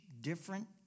different